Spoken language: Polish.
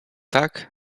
tak